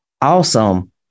Awesome